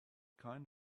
kind